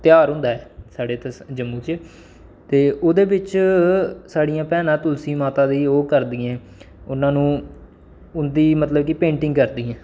ध्यार होंदा ऐ साढ़े इ'त्थें जम्मू च ते ओह्दे बिच साढ़ियां भैनां तुलसी माता दी ओह् करदियां उ'न्ना नूं उं'दी मतलब की पेंटिंग करदियां